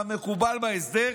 כמקובל בהסדר,